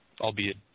albeit